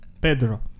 Pedro